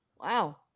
Wow